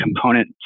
component